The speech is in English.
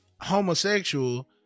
homosexual